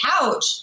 couch